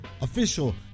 official